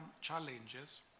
challenges